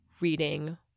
reading